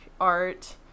art